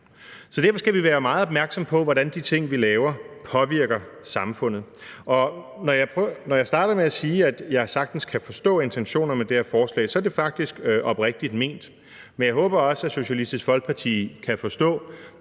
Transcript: Så derfor skal vi være meget opmærksomme på, hvordan de ting, vi laver, påvirker samfundet. Når jeg startede med at sige, at jeg sagtens kan forstå intentionen med det her forslag, så er det faktisk oprigtigt ment, men jeg håber også, at Socialistisk Folkeparti kan forstå,